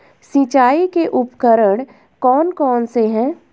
सिंचाई के उपकरण कौन कौन से हैं?